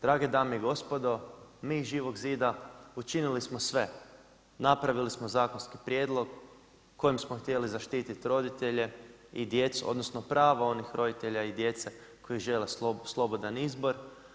Drage dame i gospodo, mi iz Živog zida učinili smo sve, napravili smo zakonski prijedlog kojim smo htjeli zaštititi roditelje i djecu, odnosno prava onih roditelja i djece koji žele slobodan izbor.